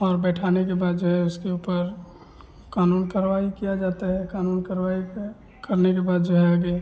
और बिठाने के बाद जो है उसके ऊपर क़ानूनी कार्रवाही किया जाता है क़ानूनी कार्रवाही को करने के बाद जो है आगे